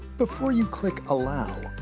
before you click allow,